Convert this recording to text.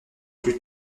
plus